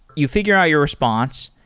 you figure out your response,